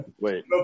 Wait